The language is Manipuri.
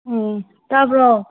ꯎꯝ ꯇꯥꯕ꯭ꯔꯣ